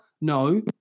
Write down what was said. No